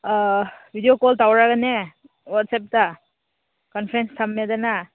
ꯑꯥ video call ꯇꯧꯔꯒꯅꯦ ꯋꯥꯠꯆꯞꯇ conference ꯊꯝꯃꯦꯗꯅ